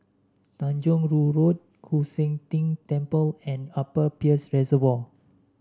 Tanjong Rhu Road Koon Seng Ting Temple and Upper Peirce Reservoir